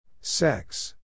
Sex